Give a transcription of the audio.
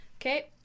Okay